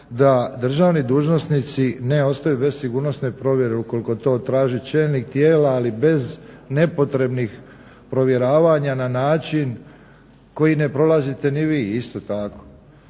da državni dužnosnici ne ostaju bez sigurnosne provjere ukoliko to traži čelnik tijela ali bez nepotrebnih provjeravanja na način koji ne prolazite ni vi isto tako.